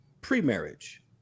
pre-marriage